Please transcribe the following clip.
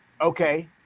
Okay